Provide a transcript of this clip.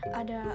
ada